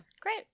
great